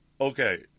Okay